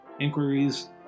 inquiries